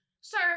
Sir